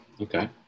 Okay